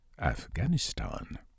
Afghanistan